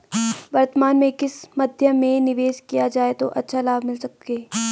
वर्तमान में किस मध्य में निवेश किया जाए जो अच्छा लाभ मिल सके?